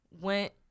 Went